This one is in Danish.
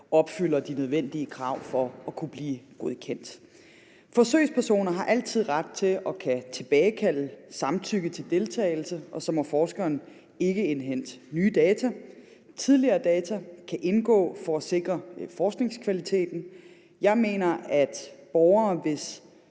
opfylder de nødvendige krav for at kunne blive godkendt. Forsøgspersoner har altid ret til at kunne tilbagekalde samtykke til deltagelse, og så må forskeren ikke indhente nye data. Tidligere data kan indgå for at sikre forskningskvaliteten. Jeg mener, at borgere, hvis